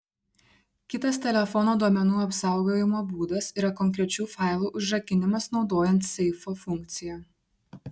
kitas telefono duomenų apsaugojimo būdas yra konkrečių failų užrakinimas naudojant seifo funkciją